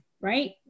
Right